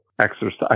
exercise